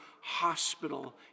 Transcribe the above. hospital